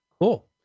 cool